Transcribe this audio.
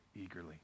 eagerly